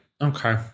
okay